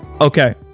Okay